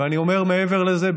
אני אומר מעבר לזה,